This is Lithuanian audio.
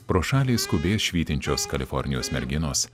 pro šalį skubės švytinčios kalifornijos merginos